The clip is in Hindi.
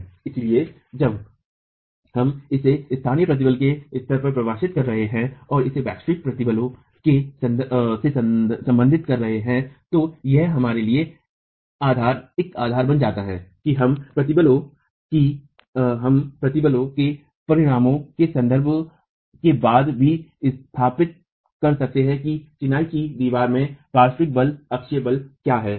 इसलिए जब हम इसे स्थानीय प्रतिबलों के स्तर पर परिभाषित कर रहे हैं और इसे वैश्विक प्रतिबलों से संबंधित कर रहे हैं तो यह हमारे लिए आधार बन जाता है कि हम प्रतिबल के परिणामों के संदर्भ में बाद में भी स्थापित कर सकें कि एक चिनाई की दीवार में पार्श्व बल अक्षीय बल क्या है